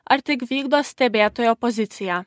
ar tik vykdo stebėtojo poziciją